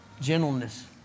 gentleness